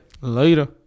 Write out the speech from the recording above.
later